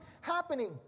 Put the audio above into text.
happening